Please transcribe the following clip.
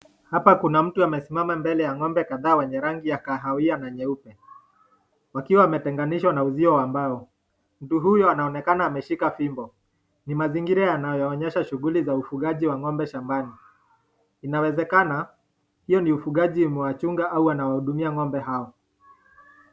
Hapa kuna mtu amesimama mbele ya ng'ombe kadhaa, wenye na rangi ya kahawia na nyeupe, wakiwa wametenganishwa na uzio wa mbao. Mtu huyu anaonekana ameshika fimbo. Ni mazingira yanayoonyesha shughuli za ufugaji wa ng'ombe shambani. Inawezekana hio ni ufugaji imewachunga au anawahudumia ng'ombe hawa.